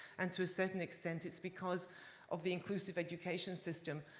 and to a certain extent, it is because of the inclusive education system,